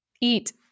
eat